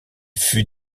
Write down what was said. fut